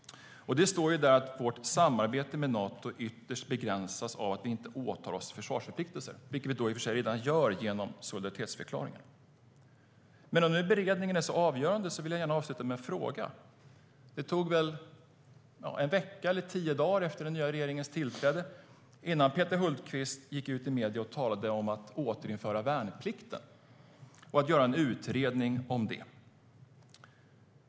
Det står där att vårt samarbete med Nato ytterst begränsas av att vi inte åtar oss försvarsförpliktelser, vilket vi i och för sig alltså redan gör genom solidaritetsförklaringen. Om nu beredningen är så avgörande vill jag gärna avsluta med en fråga. Det tog väl en vecka eller tio dagar från att den nya regeringen tillträdde till att Peter Hultqvist gick ut i medierna och talade om att återinföra värnplikten och att göra en utredning om det.